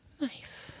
Nice